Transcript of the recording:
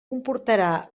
comportarà